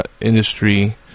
industry